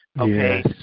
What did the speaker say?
okay